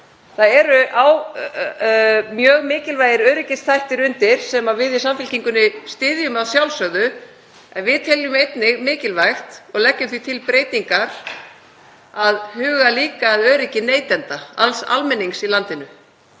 Það eru mjög mikilvægir öryggisþættir hér undir sem við í Samfylkingunni styðjum að sjálfsögðu. En við teljum einnig mikilvægt, og leggjum því til breytingar, að huga líka að öryggi neytenda, alls almennings í landinu,